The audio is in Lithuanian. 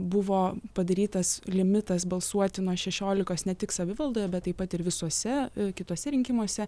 buvo padarytas limitas balsuoti nuo šešiolikos ne tik savivaldoje bet taip pat ir visuose kituose rinkimuose